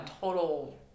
Total